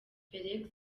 felix